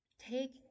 take